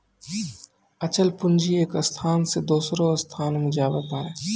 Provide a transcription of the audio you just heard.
अचल पूंजी एक स्थान से दोसरो स्थान नै जाबै पारै